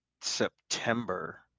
September